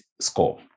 score